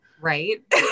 right